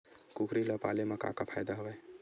कुकरी ल पाले म का फ़ायदा हवय?